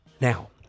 Now